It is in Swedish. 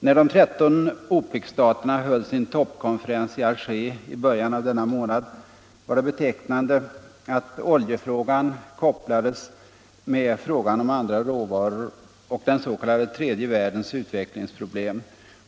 När de 13 OPEC-staterna höll sin toppkonferens i Alger i början av denna månad, var det betecknande att oljefrågan kopplades med frågan om andra råvaror och den s.k. tredje världens utvecklingsproblem.